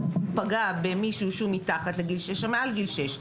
פגע במישהו שהוא מתחת לגיל שש או מעל לגיל שש.